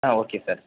ಹಾಂ okay sir